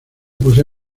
posee